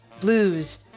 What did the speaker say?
blues